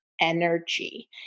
energy